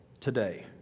today